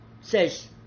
says